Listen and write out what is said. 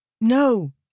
No